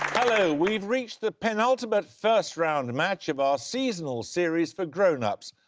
hello. we've reached the penultimate first-round match of our seasonal series for grown-ups.